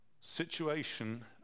situation